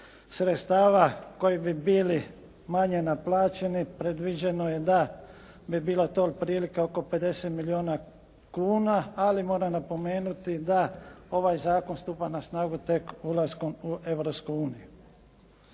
sredstava koji bi bili manje naplaćeni predviđeno je da bi bila to otprilike oko 50 milijuna kuna, ali moram napomenuti da ovaj zakon stupa na snagu tek ulaskom u